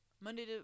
Monday